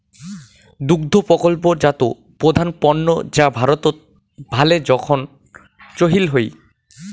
দুগ্ধ প্রকল্পজাত প্রধান পণ্য যা ভারতত ভালে জোখন চইল হই